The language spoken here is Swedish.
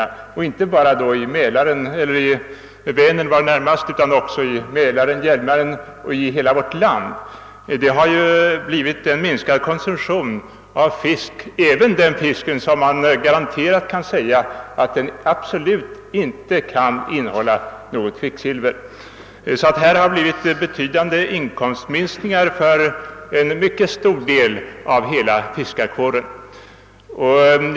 Det gäller inte bara yrkesfiskarna i Vänern, som herr Ståhl närmast talade om, utan också yrkesfiskarna it.ex. Mälaren och Hjälmaren — ja, i hela vårt land. Det har ju blivit en minskad konsumtion av fisk — och det gäller även den fisk som garanterat absolut inte kan innehålla något kvicksilver. Följden har blivit betydande inkomstminskningar för en mycket stor del av hela fiskarkåren.